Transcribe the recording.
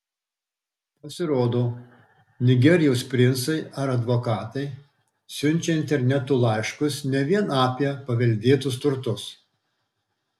pasirodo nigerijos princai ar advokatai siunčia internetu laiškus ne vien apie paveldėtus turtus